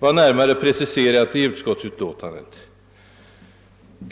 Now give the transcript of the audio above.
för dess genomförande.